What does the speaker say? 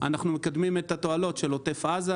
אנחנו מקדמים את התועלות של עוטף עזה,